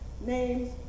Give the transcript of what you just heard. names